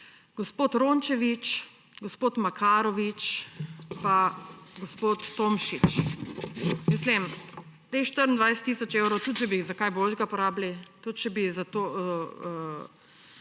Gospod Rončević, gospod Makarovič pa gospod Tomšič. Teh 24 tisoč evrov bi lahko za kaj boljšega porabili, tudi če bi